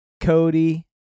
Cody